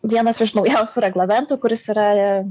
vienas iš naujausių reglamentų kuris yra